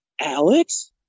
Alex